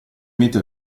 mette